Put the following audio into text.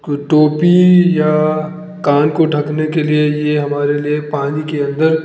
कोई टोपी या कान को ढकने के लिए ये हमारे लिए पानी के अंदर